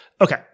Okay